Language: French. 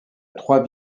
trois